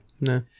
No